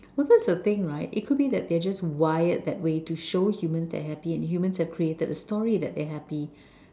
well that's the thing right it could be that they just wired that way to show humans they have been human have created the story that they have been